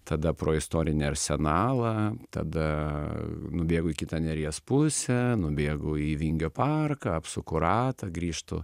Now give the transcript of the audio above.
tada pro istorinį arsenalą tada nubėgu į kitą neries pusę nubėgu į vingio parką apsuku ratą grįžtu